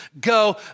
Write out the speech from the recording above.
go